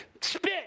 spit